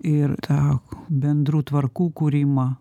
ir tą bendrų tvarkų kūrimą